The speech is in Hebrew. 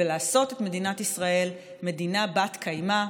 ולעשות את מדינת ישראל מדינה בת-קיימא,